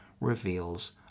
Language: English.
reveals